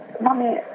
mommy